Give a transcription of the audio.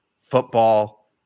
football